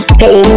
pay